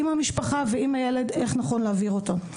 עם המשפחה ועם הילד, איך נכון להעביר אותו.